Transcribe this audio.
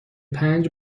پنج